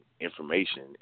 information